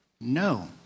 No